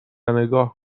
نگاه